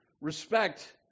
respect